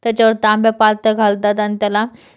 त्याच्यावर तांब्या पालथा घालतात आणि त्याला